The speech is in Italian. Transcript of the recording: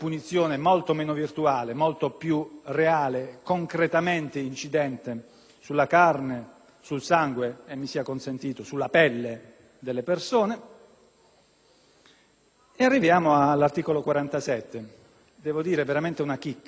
sulla carne, sul sangue e - mi sia consentito - sulla pelle delle persone. E arriviamo all'articolo 44, veramente una chicca: la schedatura dei *clochard*,